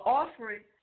offering